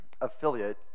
affiliate